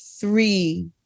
three